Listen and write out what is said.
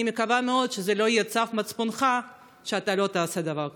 אני מקווה מאוד שזה לא יהיה צו מצפונך שאתה לא תעשה דבר כזה.